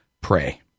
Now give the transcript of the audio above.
pray